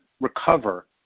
recover